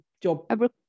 job